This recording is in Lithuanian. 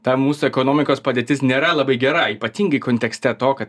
ta mūsų ekonomikos padėtis nėra labai gera ypatingai kontekste to kad